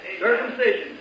Circumcision